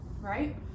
right